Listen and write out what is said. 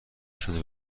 شده